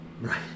Right